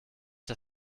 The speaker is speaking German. das